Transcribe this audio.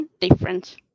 different